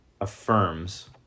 affirms